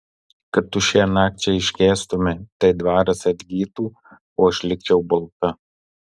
kad tu šiąnakt čia iškęstumei tai dvaras atgytų o aš likčiau balta